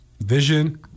vision